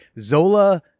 Zola